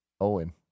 Owen